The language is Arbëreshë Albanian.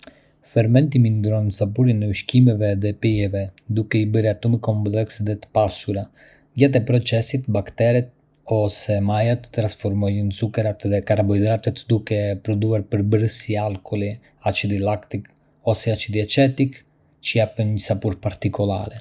Fermentimi ndron sapurin e ushqimeve dhe pijeve, duke i bërë ato më komplekse dhe të pasura. Gjatë procesit, bakteret ose majat transformojnë zukerat dhe karbohidratet, duke prodhuar përbërës si alkooli, acidi laktik ose acidi acetik, që i japin një sapur particolare.